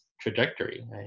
trajectory